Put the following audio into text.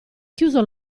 chiuso